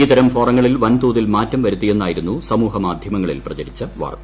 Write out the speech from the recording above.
ഇത്തരം ഫോറങ്ങളിൽ വൻ തോതിൽ മാറ്റം വരുത്തിയെന്നായിരുന്നു സമൂഹ മാധ്യമങ്ങളിൽ പ്രചരിച്ച വാർത്ത